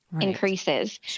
increases